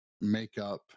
makeup